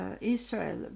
Israel